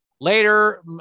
Later